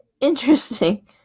Interesting